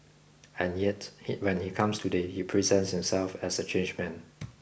and yet he when he comes today he presents himself as a changed man